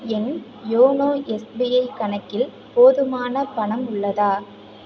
என் YONO SBI கணக்கில் போதுமான பணம் உள்ளதா